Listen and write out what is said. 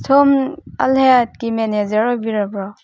ꯁꯣꯝ ꯑꯜ ꯍꯌꯥꯠꯀꯤ ꯃꯦꯅꯦꯖꯔ ꯑꯣꯏꯕꯤꯔꯕꯣ